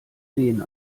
wehen